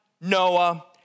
Noah